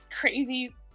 crazy